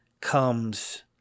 comes